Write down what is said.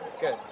Good